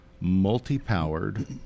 multi-powered